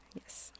Yes